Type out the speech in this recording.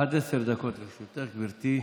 עד עשר דקות לרשותך, גברתי,